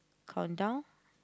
countdown